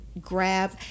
grab